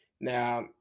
Now